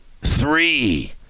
three